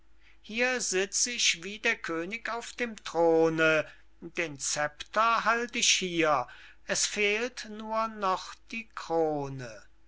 hier sitz ich wie der könig auf dem throne den zepter halt ich hier es fehlt nur noch die krone